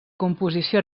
composició